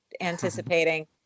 anticipating